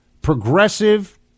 progressive